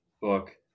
book